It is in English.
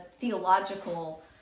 theological